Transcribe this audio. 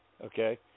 Okay